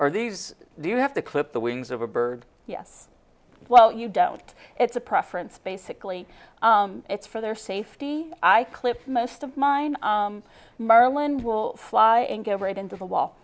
are these do you have to clip the wings of a bird yes well you don't it's a preference basically it's for their safety i clipped most of mine marland will fly and go right into the wall